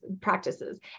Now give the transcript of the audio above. practices